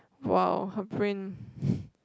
!wow! her brain